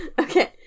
Okay